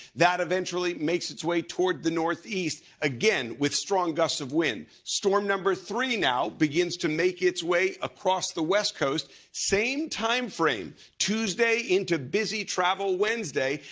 that eventually makes its way toward the northeast, again, with strong gusts of wind. storm number three now begins to make its way across the west coast. same timeframe, tuesday into busy travel wednesday.